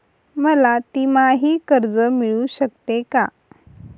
मला तिमाही कर्ज मिळू शकते का?